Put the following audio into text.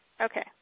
Okay